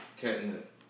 catnip